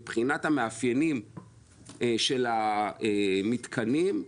מבחינת המאפיינים של המתקנים,